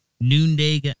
noonday